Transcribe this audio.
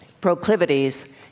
proclivities